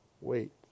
Wait